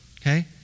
Okay